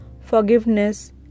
forgiveness